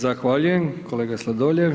Zahvaljujem kolega Sladoljev.